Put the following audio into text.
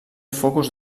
focus